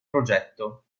progetto